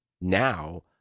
now